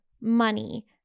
money